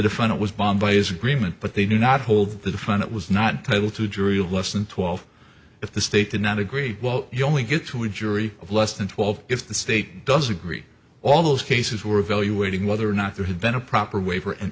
defendant was bombed by is agreement but they do not hold the defendant was not title to jury less than twelve if the state did not agree well you only get to a jury of less than twelve if the state doesn't agree all those cases were evaluating whether or not there had been a proper waiver